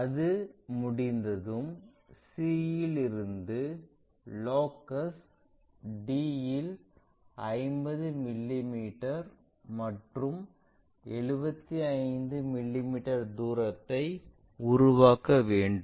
அது முடிந்ததும் c இலிருந்து லோகஸ் d இல் 50 மிமீ மற்றும் 75 மிமீ தூரத்தை உருவாக்க வேண்டும்